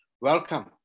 Welcome